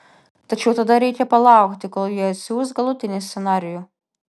tačiau tada reikia palaukti kol ji atsiųs galutinį scenarijų